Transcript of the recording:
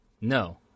No